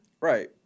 Right